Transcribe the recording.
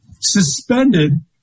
suspended